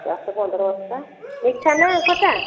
ଦଶ ପନ୍ଦର ବସ୍ତା ମିଠା ନା ଖଟା